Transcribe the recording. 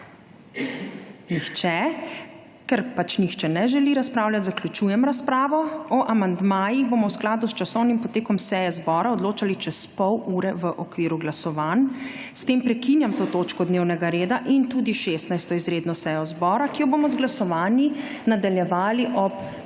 Nihče. Ker nihče ne želi razpravljati, zaključujem razpravo. O amandmajih bomo v skladu s časovnim potekom seje zbora odločali čez pol ure v okviru glasovanj. S tem prekinjam to točko dnevnega reda in tudi 16. izredno sejo zbora, ki jo bomo z glasovanji nadaljevali ob